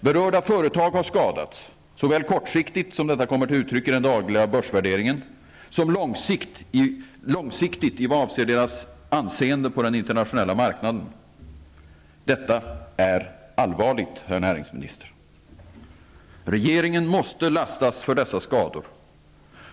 Berörda företag har skadats, såväl kortsiktigt, som detta kommer till uttryck i den dagliga börsvärderingen, som långsiktigt, i vad avser deras anseende på den internationella marknaden. Detta är allvarligt, herr näringsminister. Regeringen måste lastas för dessa skador.